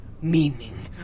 Meaning